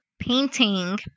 Painting